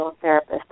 therapist